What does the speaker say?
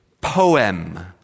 poem